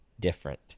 Different